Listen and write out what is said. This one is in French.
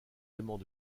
éléments